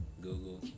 Google